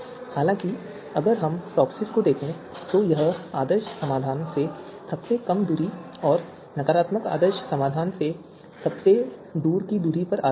हालाँकि अगर हम टॉपसिस को देखें तो यह आदर्श समाधान से सबसे कम दूरी और नकारात्मक आदर्श समाधान से सबसे दूर की दूरी पर आधारित है